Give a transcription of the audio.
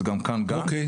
זה גם בא מכאן,